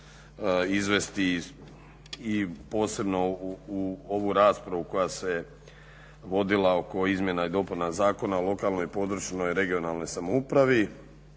izvesti i posebno u ovu raspravu koja se vodila oko izmjena i dopuna Zakona o lokalnoj i područnoj (regionalna) samoupravi